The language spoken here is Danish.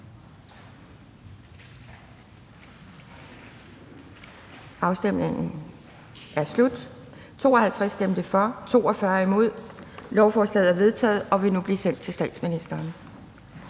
hverken for eller imod stemte 2 (NB). Lovforslaget er vedtaget og vil nu blive sendt til statsministeren.